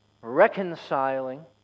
reconciling